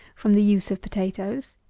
from the use of potatoes,